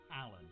Alan